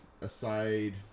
aside